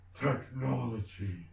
technology